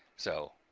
so,